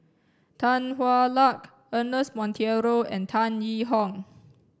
Tan Hwa Luck Ernest Monteiro and Tan Yee Hong